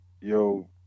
Yo